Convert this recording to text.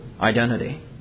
identity